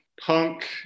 punk